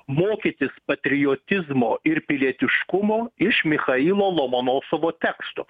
mokytis patriotizmo ir pilietiškumo iš michailo lomonosovo tekstų